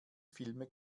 filme